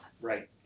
Right